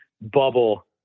bubble